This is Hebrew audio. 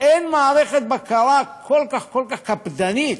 אין מערכת בקרה כל כך כל כך קפדנית.